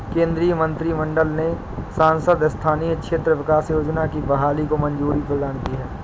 केन्द्रीय मंत्रिमंडल ने सांसद स्थानीय क्षेत्र विकास योजना की बहाली को मंज़ूरी प्रदान की है